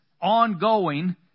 ongoing